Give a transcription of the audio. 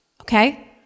okay